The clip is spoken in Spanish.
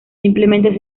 simplemente